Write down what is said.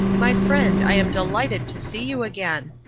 my friend, i am delighted to see you again.